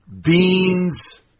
beans